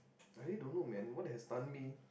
I really don't know man what had stun me